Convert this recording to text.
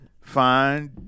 find